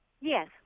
Yes